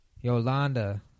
Yolanda